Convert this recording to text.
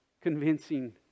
convincing